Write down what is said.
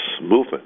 movement